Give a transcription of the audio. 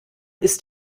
ist